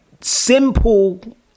simple